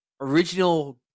original